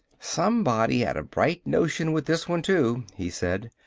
somebody had a bright notion with this one, too, he said.